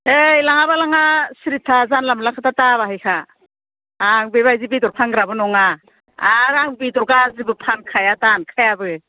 ओइ लाङाबा लाङा सिरि था जानला मोनला खोथा दा बाहायखा आं बेबायदि बेदर फानग्राबो नङा आर आं बेदर गाज्रिबो फानखाया दानखायाबो